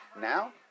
Now